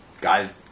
guys